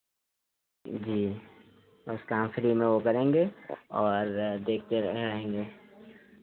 जी बस काम फ्री में वो करेंगे और देखते रहेंगे